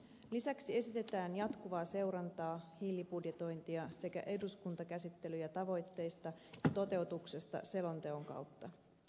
lisäksi esitetään jatkuvaa seurantaa hiilibudjetointia sekä eduskuntakäsittelyjä tavoitteista ja toteutuksesta selonteon kautta